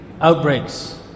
outbreaks